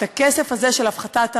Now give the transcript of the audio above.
את הכסף הזה של הפחתת המע"מ,